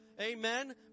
Amen